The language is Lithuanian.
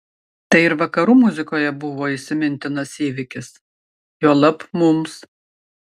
tai ir vakarų muzikoje buvo įsimintinas įvykis juolab mums